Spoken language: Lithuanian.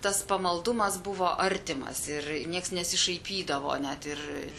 tas pamaldumas buvo artimas ir nieks nesišaipydavo net ir